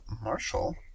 Marshall